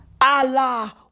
Allah